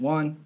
One